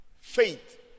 faith